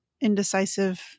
indecisive